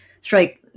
strike